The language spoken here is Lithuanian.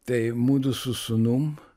tai mudu su sūnum